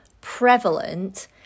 prevalent